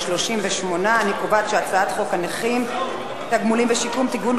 38. אני קובעת שהצעת חוק הנכים (תגמולים ושיקום) (תיקון,